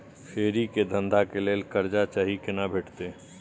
फेरी के धंधा के लेल कर्जा चाही केना भेटतै?